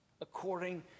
according